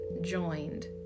joined